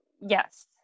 yes